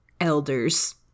elders